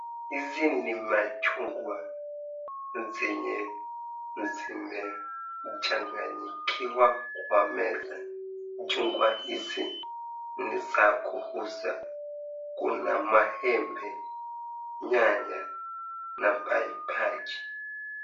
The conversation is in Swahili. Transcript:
Hizi ni machungwa zenye zimechanganyikiwa kwa meza. Chungwa hizi ni za kuuza. Kuna maembe, nyanya na paipai.